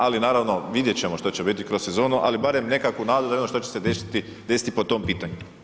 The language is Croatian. Ali, naravno, vidjeti ćemo što će biti kroz sezonu, ali barem nekakvu nadu da vidimo što će se desiti po tom pitanju.